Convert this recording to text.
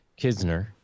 Kisner